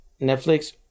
netflix